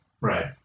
Right